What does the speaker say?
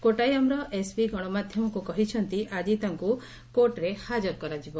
କୋଟାୟାମ୍ର SP ଗଣମାଧ୍ୟମକୁ କହିଛନ୍ତି ଆଜି ତାଙ୍କୁ କୋର୍ଟରେ ହାଜର କରାଯିବ